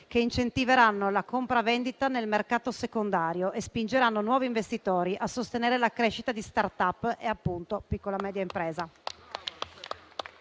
incentiveranno la compravendita nel mercato secondario e spingeranno nuovi investitori a sostenere la crescita di *startup* e, appunto, piccola e media impresa.